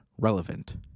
Relevant